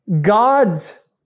God's